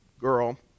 girl